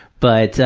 but,